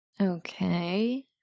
Okay